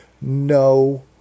no